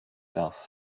das